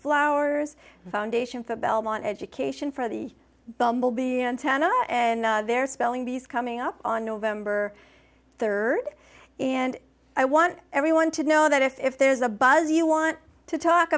flowers foundation for the belmont education for the bumble bee antenna and their spelling bees coming up on november third and i want everyone to know that if there's a buzz you want to talk